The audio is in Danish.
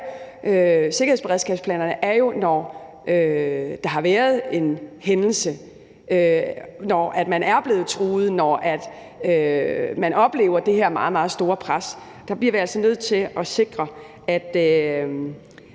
sikkerhedsberedskabsplanerne gælder jo i forhold til, at der har været en hændelse – når man er blevet truet, når man oplever det her meget, meget store pres. Der bliver vi altså nødt til at sikre, at